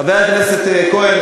חבר הכנסת כהן,